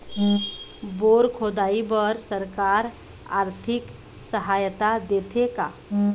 Bore खोदाई बर सरकार आरथिक सहायता देथे का?